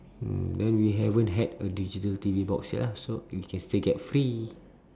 mm then we haven't had a digital T_V box yet ah so we can still get free